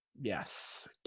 Yes